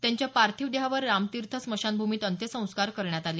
त्यांच्या पार्थिव देहावर रामतीर्थ स्मशानभूमीत अंत्यसंस्कार करण्यात आले